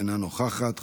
אינה נוכחת,